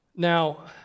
Now